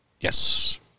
Yes